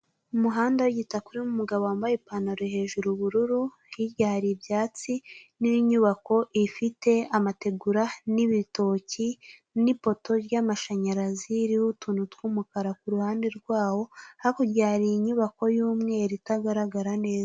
Umuhanda w'igitaka urimo umugabo wambaye ipantaro, hejuru ubururu. Hirya hari ibyatsi n'inyubako ifite amategura n'ibitoki, n'ipoto ry'amashanyarazi ririho utuntu tw'umukara ku ruhande rwayo. Hakurya hari inyubako itagaragara neza.